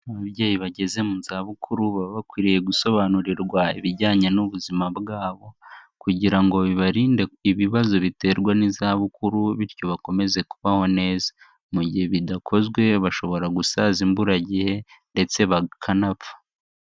Ababyeyi bageze mu zabukuru, baba bakwiriye gusobanurirwa ibijyanye n'ubuzima bwabo, kugira ngo bibarinde ibibazo biterwa n'izabukuru, bityo bakomeze kubaho neza. Mu gihe bidakozwe bashobora gusaza imburagihe ndetse bakanapfa.